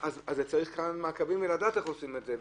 אז צריך כמה מעקבים כדי לדעת איך עושים את זה.